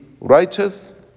righteous